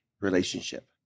relationship